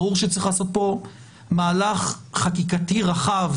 ברור שצריך לעשות פה מהלך חקיקתי רחב,